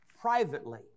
privately